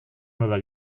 nueva